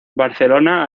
barcelona